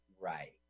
right